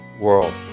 world